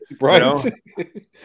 right